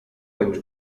ens